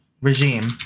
regime